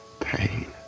Pain